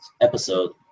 episode